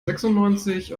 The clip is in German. sechsundneunzig